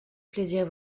plaisir